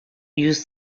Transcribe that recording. use